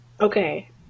Okay